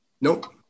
Nope